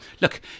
Look